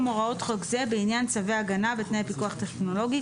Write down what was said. הוראות חוק זה בעניין צווי הגנה בתנאי פיקוח טכנולוגי,